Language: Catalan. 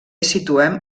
situem